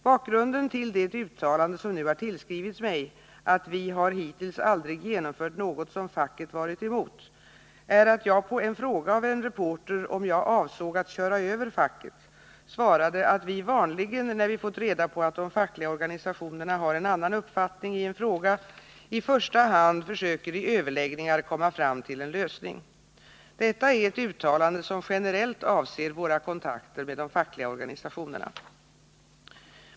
Bakgrunden till det uttalande som nu har tillskrivits mig, att ”vi har hittills aldrig genomfört något som facket varit emot”, är att jag på en fråga av en reporter om jag avsåg att ”köra över facket”, svarade att vi vanligen, när vi fått reda på att de fackliga organisationerna har en annan uppfattning i en fråga, i första hand försöker i överläggningar komma fram till en lösning. Detta är ett uttalande som generellt avser våra kontakter med de fackliga organisationerna.